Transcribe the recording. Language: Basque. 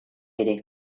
ere